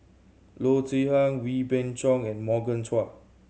Loo Zihan Wee Beng Chong and Morgan Chua